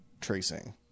tracing